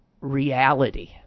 reality